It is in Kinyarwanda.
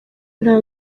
nta